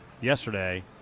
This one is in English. yesterday